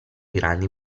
grandi